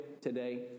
today